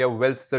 wealth